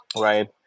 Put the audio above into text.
right